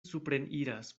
supreniras